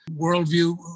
Worldview